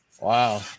Wow